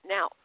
Now